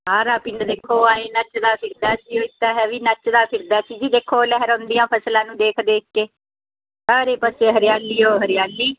ਸਾਰਾ ਪਿੰਡ ਦੇਖੋ ਆਏ ਨੱਚਦਾ ਫਿਰਦਾ ਸੀ ਇੱਕ ਤਾਂ ਹੈ ਵੀ ਨੱਚਦਾ ਫਿਰਦਾ ਸੀ ਜੀ ਦੇਖੋ ਲਹਿਰਾਉਂਦੀਆਂ ਫਸਲਾਂ ਨੂੰ ਦੇਖ ਦੇਖ ਕੇ ਸਾਰੇ ਪਾਸੇ ਹਰਿਆਲੀ ਓ ਹਰਿਆਲੀ